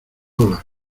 olas